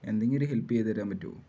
എന്തെങ്കിലും ഹെൽപ്പ് ചെയ്ത് തരാൻ പറ്റുമോ